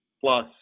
plus